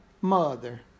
mother